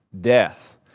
death